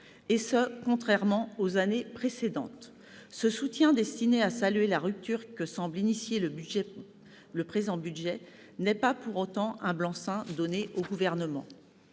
», contrairement aux années précédentes. Ce soutien, destiné à saluer la rupture que semble initier le présent budget, n'est pas pour autant un blanc-seing donné au Gouvernement.